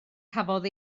cafodd